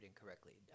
incorrectly